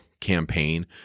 campaign